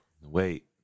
Wait